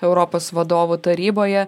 europos vadovų taryboje